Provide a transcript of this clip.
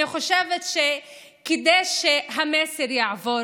אני חושבת שכדי שהמסר יעבור,